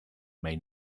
may